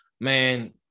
man